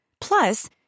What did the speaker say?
Plus